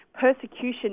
persecution